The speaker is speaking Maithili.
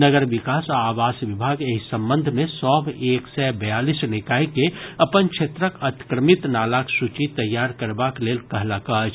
नगर विकास आ आवास विभाग एहि संबंध मे सभ एक सय बयालीस निकाय के अपन क्षेत्रक अतिक्रमित नालाक सूची तैयार करबाक लेल कहलक अछि